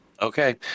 Okay